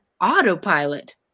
autopilot